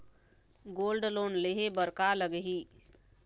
Gold loan लेहे बर का लगही?